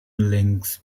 links